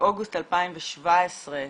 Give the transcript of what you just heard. באוגוסט 2017,